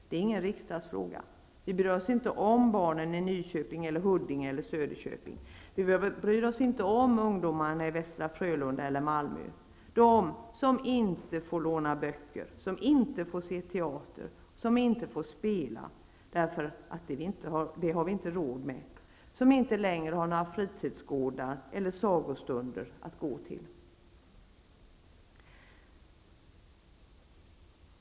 Det är ingen riksdagsfråga. Vi bryr oss inte om barnen i Nyköping, Huddinge eller Söderköping, vi bryr oss inte om ungdomarna i Västra Frölunda eller Malmö -- de som inte får låna böcker, som inte får se teater, som inte får spela därför att vi inte har råd med det, som inte längre har några fritidsgårdar eller sagostunder att gå till.